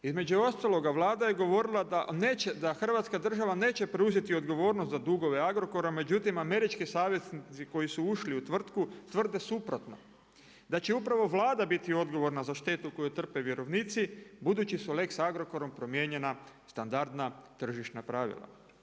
Između ostaloga, Vlada je govorila da Hrvatska država neće preuzeti odgovornost za dugove Agrokora, međutim američki saveznici koji su ušli u tvrtku tvrde suprotno, da će upravo Vlada biti odgovorna za štetu koju trpe vjerovnici budući da su lex Agrokorom promijenjena standardna tržišna pravila.